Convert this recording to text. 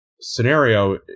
scenario